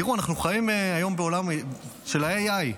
תראו, אנחנו חיים היום בעולם של ה-AI.